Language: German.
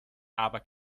aber